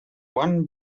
one